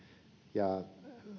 ja